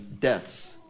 deaths